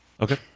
Okay